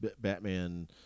Batman